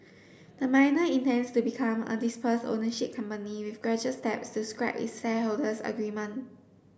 the miner intends to become a dispersed ownership company with gradual steps to scrap its shareholders agreement